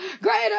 Greater